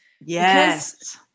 Yes